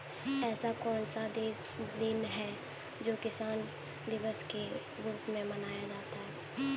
ऐसा कौन सा दिन है जो किसान दिवस के रूप में मनाया जाता है?